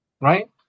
right